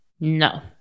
No